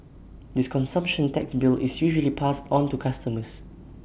this consumption tax bill is usually passed on to customers